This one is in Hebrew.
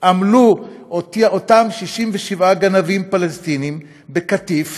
עמלו אותם 67 גנבים פלסטינים בקטיף